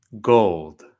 Gold